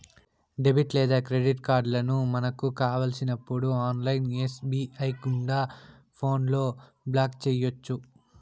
debit లేదా credit కార్డులను మనకు కావలసినప్పుడు ఆన్లైన్ ఎస్.బి.ఐ గుండా ఫోన్లో బ్లాక్ చేయొచ్చు